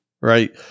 right